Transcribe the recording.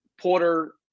Porter